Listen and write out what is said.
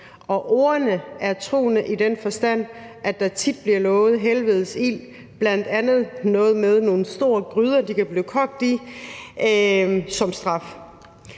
og ordene er truende i den forstand, at der tit bliver lovet helvedes ild. Det er bl.a. noget med nogle store gryder, som de kan blive kogt i som straf.